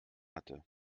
hatte